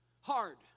Hard